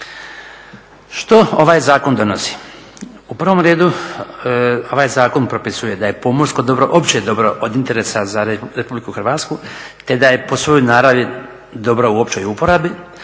Što ovaj zakon donosi? U prvom redu ovaj zakon propisuje da je pomorsko dobro opće dobro od interesa za RH, te da je po svojoj naravi dobro u općoj uporabi